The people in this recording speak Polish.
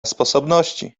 sposobności